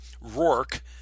Rourke